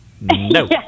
No